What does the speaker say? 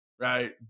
Right